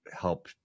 help